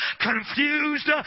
confused